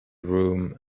room